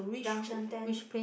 Junction Ten